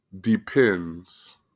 depends